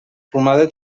plomada